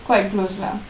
quite close lah